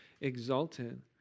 exalted